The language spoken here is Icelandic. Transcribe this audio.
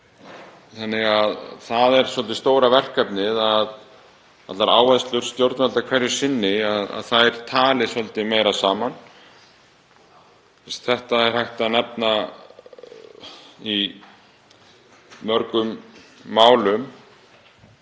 Það er því svolítið stóra verkefnið að allar áherslur stjórnvalda hverju sinni tali meira saman. Þetta er hægt að nefna í mörgum málum.